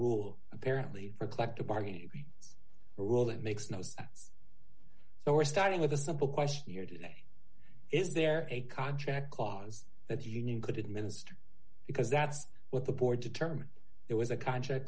rule apparently for collective bargaining rights rule that makes no sense so we're starting with a simple question here today is there a contract clause that the union could administer because that's what the board determined there was a contract